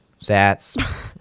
Stats